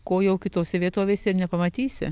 ko jau kitose vietovėse ir nepamatysi